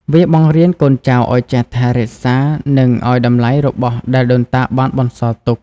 វាបង្រៀនកូនចៅឱ្យចេះថែរក្សា និងឱ្យតម្លៃដល់របស់ដែលដូនតាបានបន្សល់ទុក។